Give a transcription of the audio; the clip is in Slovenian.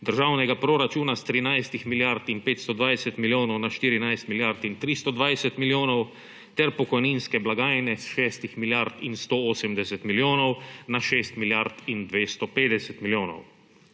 državnega proračuna s 13 milijard in 520 milijonov na 14 milijard in 320 milijonov ter pokojninske blagajne s 6 milijard in 180 milijonov na 6 milijard in 250 milijonov.